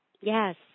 Yes